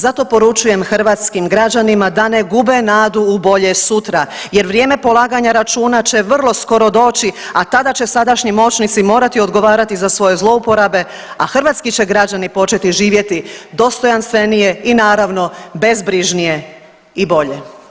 Zato poručujem hrvatskim građanima da ne gube nadu u bolje sutra jer vrijeme polaganja računa će vrlo skoro doći, a tada će sadašnji moćnici morati odgovarati za svoje zlouporabe, a hrvatski će građani početi živjeti dostojanstvenije i naravno bezbrižnije i bolje.